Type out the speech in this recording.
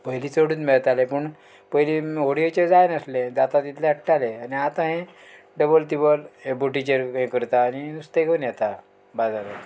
पयलीं चडूच मेळटालें पूण पयलीं व्हडयेचें जाय नासलें जाता तितलें हाडटालें आनी आतां हें डबल तिबल हें बोटीचेर हें करता आनी नुस्तें घेवन येता बाजारांत